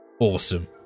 awesome